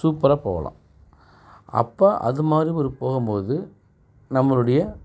சூப்பராக போகலாம் அப்போ அதுமாதிரி ஒரு போகும்போது நம்மளுடைய